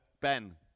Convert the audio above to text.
Ben